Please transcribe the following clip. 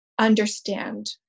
understand